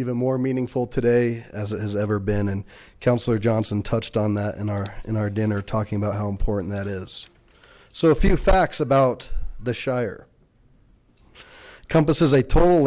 even more meaningful today as it has ever been and counselor johnson touched on that in our in our dinner talking about how important that is so a few facts about the shire compass is a total